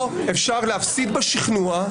שבו אפשר להפסיד בשכנוע,